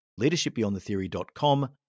leadershipbeyondthetheory.com